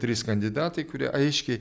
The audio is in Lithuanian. trys kandidatai kurie aiškiai